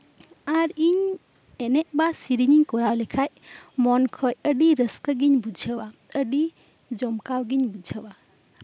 ᱟᱨ ᱤᱧ ᱮᱱᱮᱡ ᱵᱟ ᱥᱮᱹᱨᱮᱹᱧ ᱤᱧ ᱠᱚᱨᱟᱣ ᱞᱮᱠᱷᱟᱱ ᱢᱚᱱ ᱠᱷᱚᱱ ᱟᱹᱰᱤ ᱨᱟᱹᱥᱠᱟᱹ ᱜᱤᱧ ᱵᱩᱡᱷᱟᱹᱣᱼᱟ ᱟᱹᱰᱤ ᱡᱚᱢᱠᱟᱣ ᱜᱤᱧ ᱵᱩᱡᱷᱟᱹᱣᱟ